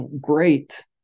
great